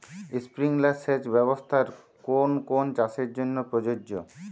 Sprinkler সেচ ব্যবস্থার কোন কোন চাষের জন্য প্রযোজ্য?